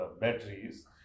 batteries